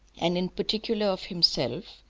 and in particular of himself,